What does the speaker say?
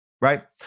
right